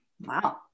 Wow